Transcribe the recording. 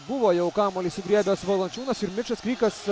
buvo jau kamuolį sugriebęs valančiūnas ir mičas krykas